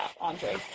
Andre